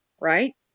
right